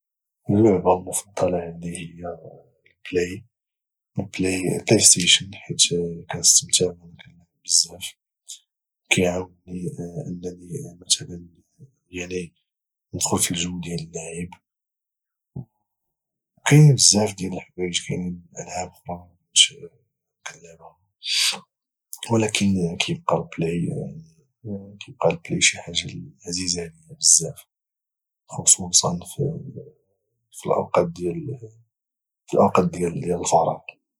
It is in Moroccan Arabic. اللعبه المفضله عندي هي البلاي البلاي ستيشن حيت كانستمتع وانا كانلعب بزاف وكيعاوني انني مثلا يعني ندخل في الجو ديال اللعب وكان بزاف ديال الحوايج كاينين العاب اخرى كنت كلعبها ولكن كيبقا البلاي شي حاجة عزيزة علي بزاف خصوصا في الاوقات ديال الفراغ